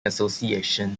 association